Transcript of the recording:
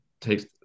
takes